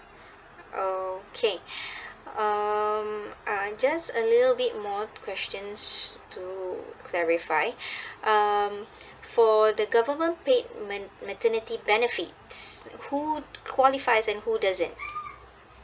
okay um I just a little bit more questions to clarify um for the government paid ma~ maternity benefit who qualify and who doesn't